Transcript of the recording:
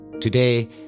Today